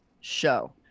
show